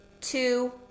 two